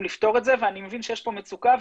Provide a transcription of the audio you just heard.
לפתור את זה ואני מבין שיש פה מצוקה,